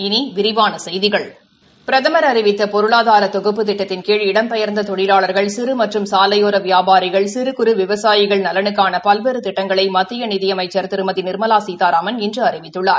இனி விரிவான செய்திகள் பிரதம் அறிவித்த பொருளாதார தொகுப்பு திட்டத்தின் கீழ் இடம்பெயர்ந்த தொழிலாளர்கள் சிறு மற்றும் சாலையோர வியாபாரிகள் சிறு குறு விவசாயிகள் நலனுக்கான பல்வேறு திட்டங்களை மத்திய நிதி அமைச்ச் திருமதி நிர்மலா சீதாராமன் இன்று அறிவித்துள்ளார்